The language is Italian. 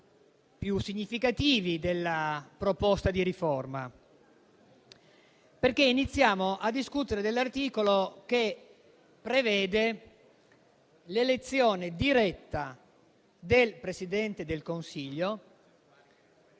più significativi della proposta di riforma. Iniziamo infatti a discutere dell'articolo che prevede l'elezione diretta del Presidente del Consiglio